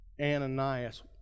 Ananias